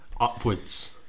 upwards